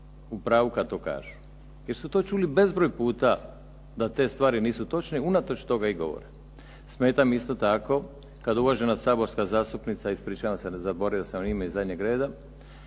u pravu kada to kažu, jer su to čuli bezbroj puta da te stvari nisu točne unatoč toga i govore. Smeta me isto tako kada uvažena saborska zastupnica ispričavam se zaboravio sam ime iz zadnjeg reda,